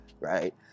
right